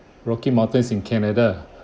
rocky mountains in canada